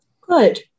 Good